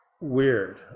weird